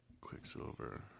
Quicksilver